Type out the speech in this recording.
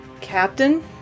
Captain